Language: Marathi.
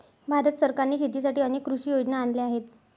भारत सरकारने शेतीसाठी अनेक कृषी योजना आणल्या आहेत